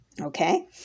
Okay